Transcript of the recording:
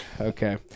Okay